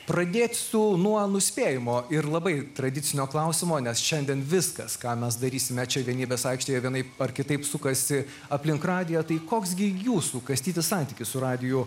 pradėt su nuo nuspėjamo ir labai tradicinio klausimo nes šiandien viskas ką mes darysime čia vienybės aikštėje vienaip ar kitaip sukasi aplink radiją tai koks gi jūsų kastyti santykis su radiju